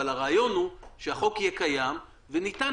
אבל הרעיון הוא שהחוק יהיה קיים וניתן